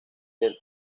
del